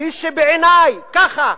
"כפי שבעיני" ככה.